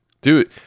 Dude